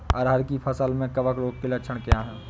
अरहर की फसल में कवक रोग के लक्षण क्या है?